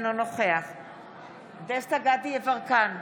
אינו נוכח דסטה גדי יברקן,